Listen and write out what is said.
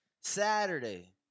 Saturday